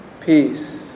peace